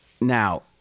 Now